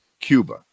Cuba